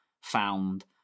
found